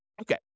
Okay